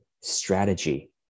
strategy